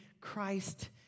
Christ